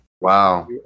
Wow